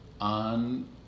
on